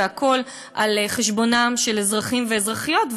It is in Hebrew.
והכול על חשבונם של אזרחים ואזרחיות,